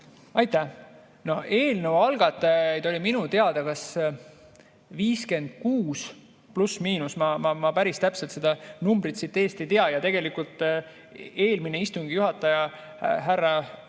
Aitäh! Eelnõu algatajaid oli minu teada 56 pluss-miinus, ma päris täpselt seda numbrit [peast] ei tea. Tegelikult eelmine istungi juhataja härra